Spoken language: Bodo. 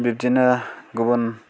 बिब्दिनो गुबुन